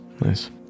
Nice